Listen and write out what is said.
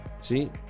See